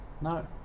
no